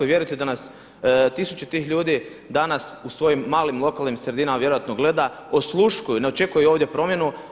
I vjerujte da nas tisuće tih ljudi danas u svojim malim, lokalnim sredinama vjerojatno gleda, osluškuju, ne očekuju ovdje promjenu.